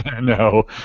No